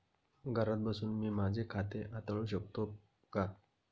घरात बसून मी माझे खाते हाताळू शकते का?